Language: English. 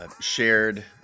shared